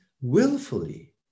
willfully